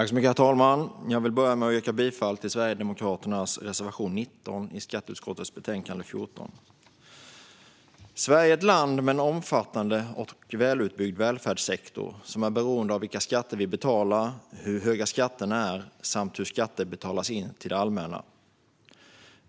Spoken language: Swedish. Herr talman! Jag vill börja med att yrka bifall till Sverigedemokraternas reservation 19 i skatteutskottets betänkande 14. Sverige är ett land med en omfattande och välutbyggd välfärdssektor som är beroende av vilka skatter vi betalar, hur höga skatterna är samt hur skatter betalas in till det allmänna.